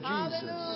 Jesus